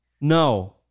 No